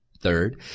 Third